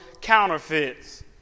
counterfeits